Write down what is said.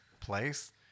place